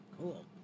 Cool